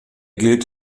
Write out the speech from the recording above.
gilt